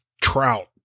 trout